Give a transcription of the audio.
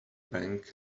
bank